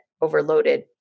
overloaded